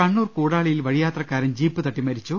കണ്ണൂർ കൂടാളിയിൽ വഴിയാത്രക്കാരൻ ജീപ്പ് തട്ടി മരിച്ചു